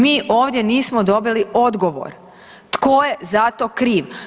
Mi ovdje nismo dobili odgovor tko je za to kriv?